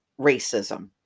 racism